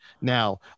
now